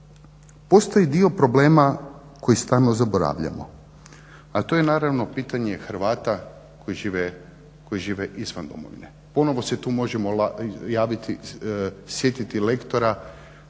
postoji dio problema koji stalno zaboravljamo a to je naravno pitanje Hrvata koji žive izvan domovine. Ponovo se tu možemo javiti, sjetiti lektora,